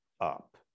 up